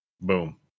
Boom